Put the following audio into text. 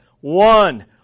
one